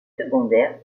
secondaires